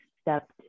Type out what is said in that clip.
stepped